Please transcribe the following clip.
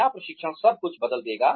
क्या प्रशिक्षण सब कुछ बदल देगा